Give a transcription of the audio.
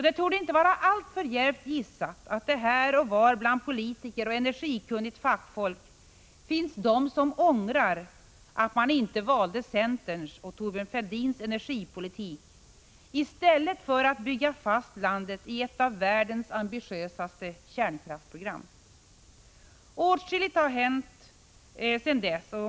Det torde inte vara alltför djärvt gissat att det här och var bland politiker och energikunnigt fackfolk finns de som ångrar att de inte valde centerns och Thorbjörn Fälldins energipolitik i stället för att ”bygga fast” landet i ett av världens ambitiösaste kärnkraftsprogram. Åtskilligt har hänt sedan dess.